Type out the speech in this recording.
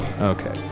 Okay